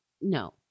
No